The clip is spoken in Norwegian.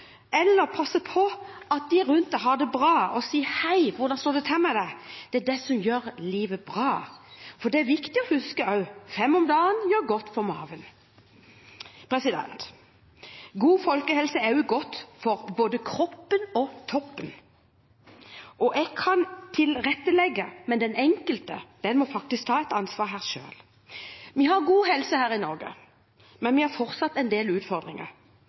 eller passe på at de rundt en har det bra, og si: «Hei, hvordan står det til med deg?», som gjør livet bra. Det er også viktig å huske at fem om dagen gjør godt for magen. God folkehelse er godt for både kroppen og toppen. Jeg kan tilrettelegge, men den enkelte må faktisk ta et ansvar selv. Vi har god helse her i Norge, men vi har fortsatt en del utfordringer.